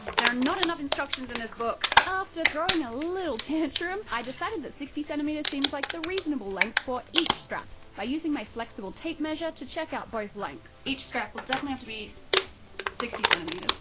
there are not enough instructions in this book. after throwing a little tantrum, i decided that sixty centimeters seemed like the reasonable length for each strap by using my flexible tape measure to check out both lengths. each strap will definitely have to be sixty centimeters.